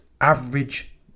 average